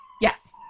yes